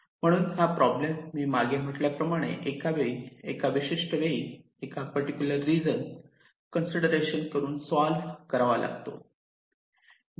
म्हणून हा प्रॉब्लेम मी मागे म्हटल्याप्रमाणे एका विशिष्ट वेळी एका पर्टिक्युलर रीजन कन्सिडरेशन करून सॉल्व करावा लागतो